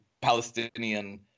Palestinian